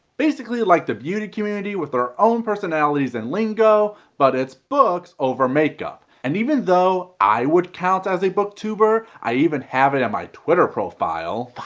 basically like the beauty community with their own personalities and lingo, but it's books over makeup. and even though i would count as a booktuber, i even have it in my twitter profile.